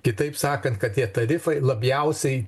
kitaip sakant kad tie tarifai labiausiai